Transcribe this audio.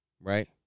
Right